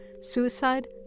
suicide